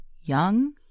young